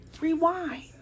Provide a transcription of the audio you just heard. Rewind